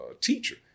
teacher